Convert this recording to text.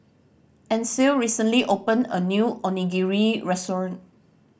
Ancil recently opened a new Onigiri Restaurant